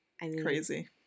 Crazy